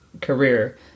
career